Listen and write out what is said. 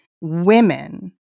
women